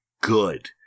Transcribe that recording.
good